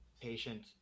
patient